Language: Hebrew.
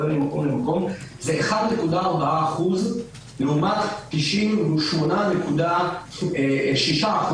זה 1.4% לעומת 98.6%,